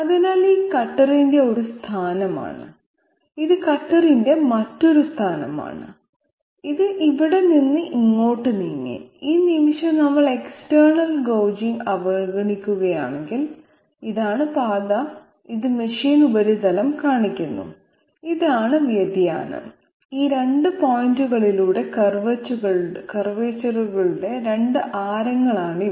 അതിനാൽ ഇത് കട്ടറിന്റെ ഒരു സ്ഥാനമാണ് ഇത് കട്ടറിന്റെ മറ്റൊരു സ്ഥാനമാണ് ഇത് ഇവിടെ നിന്ന് ഇങ്ങോട്ട് നീങ്ങി ഈ നിമിഷം നമ്മൾ എക്സ്റ്റേർണൽ ഗോജിംഗ് അവഗണിക്കുകയാണെങ്കിൽ ഇതാണ് പാത ഇത് മെഷീൻ ഉപരിതലം കാണിക്കുന്നു ഇതാണ് വ്യതിയാനം ഈ 2 പോയിന്റുകളിലെ കർവേച്ചറുകളുടെ 2 ആരങ്ങളാണ് ഇവ